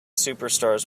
superstars